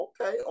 okay